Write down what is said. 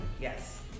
Yes